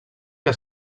que